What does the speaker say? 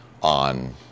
on